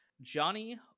Johnny